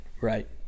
right